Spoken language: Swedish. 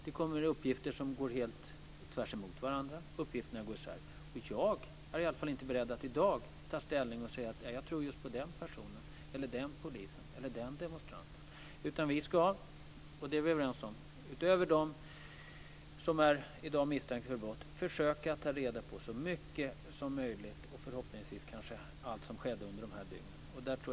Det kommer uppgifter som går helt isär. Jag är inte beredd att i dag ta ställning och säga att jag tror på just den personen, den polisen eller den demonstranten. Vi är överens om att vi ska försöka ta reda på så mycket som möjligt, och förhoppningsvis kanske allt, om det som skedde under de här dygnen.